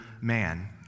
man